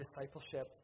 discipleship